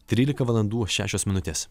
trylika valandų šešios minutės